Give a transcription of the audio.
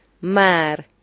Mar